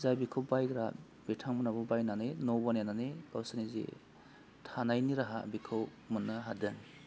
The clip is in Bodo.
जाय बिखौ बायग्रा बिथांमोनहाबो बायनानै न' बानायनानै गावसोरनि जि थानायनि राहा बिखौ मोननो हादों